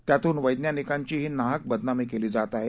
त्यातून वैज्ञानिकांचीही नाहक बदनामी केली जात आहे